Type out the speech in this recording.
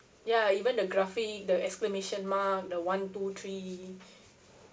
ya even the graphic the exclamation mark the one two three